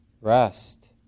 rest